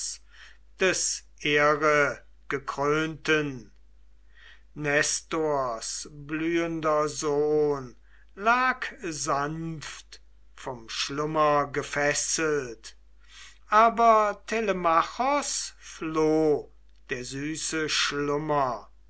des ehregekrönten nestors blühender sohn lag sanft vom schlummer gefesselt aber telemachos floh der süße schlummer